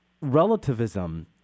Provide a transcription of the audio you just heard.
relativism